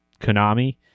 Konami